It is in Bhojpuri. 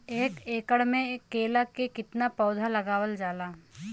एक एकड़ में केला के कितना पौधा लगावल जाला?